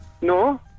No